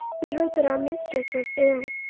we heard that our mistress was ill.